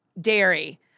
dairy